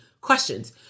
questions